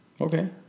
Okay